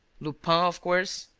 lupin, of course?